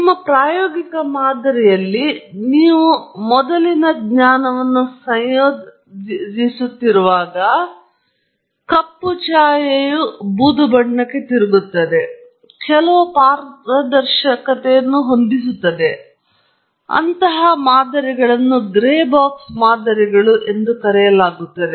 ನಿಮ್ಮ ಪ್ರಾಯೋಗಿಕ ಮಾದರಿಯಲ್ಲಿ ನೀವು ಮೊದಲಿನ ಜ್ಞಾನವನ್ನು ಸಂಯೋಜಿಸುತ್ತಿರುವಾಗ ಕಪ್ಪು ಛಾಯೆಯು ಬೂದು ಬಣ್ಣಕ್ಕೆ ತಿರುಗುತ್ತದೆ ಮತ್ತು ಕೆಲವು ಪಾರದರ್ಶಕತೆಯನ್ನು ಹೊಂದಿಸುತ್ತದೆ ಮತ್ತು ಅಂತಹ ಮಾದರಿಗಳನ್ನು ಗ್ರೇ ಬಾಕ್ಸ್ ಮಾದರಿಗಳು ಎಂದು ಕರೆಯಲಾಗುತ್ತದೆ